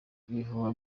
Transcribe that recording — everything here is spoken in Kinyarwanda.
ibihuha